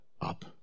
up